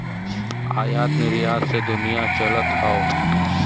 आयात निरयात से दुनिया चलत हौ